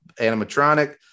animatronic